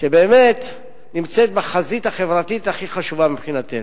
שבאמת נמצאת בחזית החברתית הכי חשובה מבחינתנו.